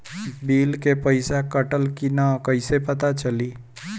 Bill के पइसा कटल कि न कइसे पता चलि?